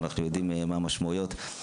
אנחנו יודעים מה המשמעויות של הדברים.